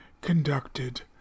conducted